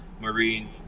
marine